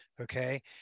Okay